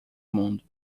mundo